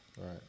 Right